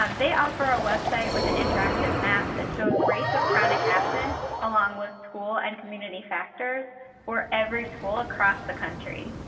um they offer a website with an interactive map that shows rates of chronic absence along with school and community factors for every school across the country,